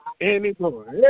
anymore